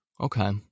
Okay